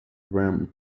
were